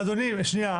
אבל אדוני, שנייה.